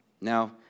Now